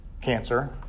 cancer